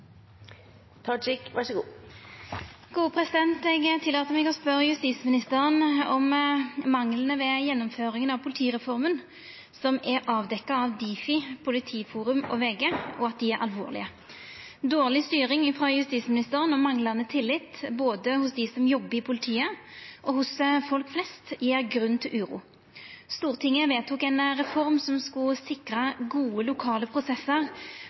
vil være så tett på de prosessene som mulig for å ivareta norske borgeres interesser. Spørsmål 24 er besvart tidligere. Eg tillèt meg å stilla justisministeren følgjande spørsmål: «Manglane ved gjennomføringa av politireformen, som er avdekka av Difi, Politiforum og VG, er alvorlege. Dårleg styring frå justisministeren og manglande tillit både hjå dei som jobbar i politiet og hjå folk flest gir grunn til uro. Stortinget vedtok ein reform som skulle